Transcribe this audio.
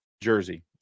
Jersey